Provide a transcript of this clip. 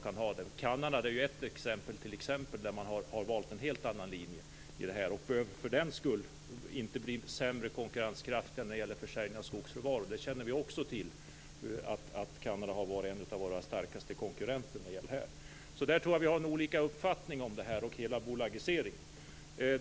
Kanada är ett exempel bland de länder som har valt en helt annan linje i detta avseende, utan att för den skull få sämre konkurrenskraft vid försäljning av skogsråvara. Som bekant har Kanada varit en av våra starkaste konkurrenter på det här området. Jag tror alltså att vi har olika uppfattningar om det här och om hela bolagiseringen.